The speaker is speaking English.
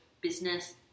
business